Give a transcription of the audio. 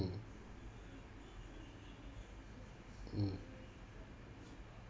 mm mm